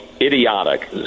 idiotic